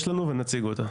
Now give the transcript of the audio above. יש לנו וגם נציג אותה.